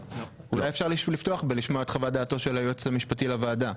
אולי אפשר לפתוח בשמיעת חוות דעתו של היועץ המשפטי לוועדה.